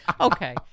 okay